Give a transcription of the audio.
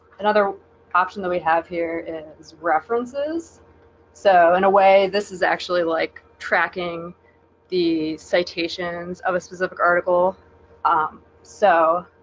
another option that we have here is references so in a way, this is actually like tracking the citations of a specific article um so